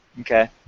Okay